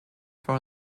for